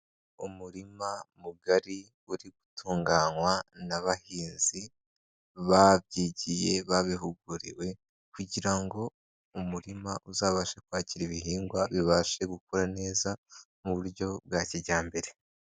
Umurima mugari uri gutunganywa n'abahinzi babyigiye babihuguriwe, kugira ngo umurima uzabashe kwakira ibihingwa, bibashe gukura neza, mu buryo bwa kijyambere.